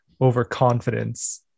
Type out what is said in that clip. overconfidence